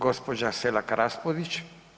Gospođa Selak Raspudić.